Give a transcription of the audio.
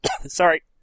Sorry